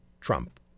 Trump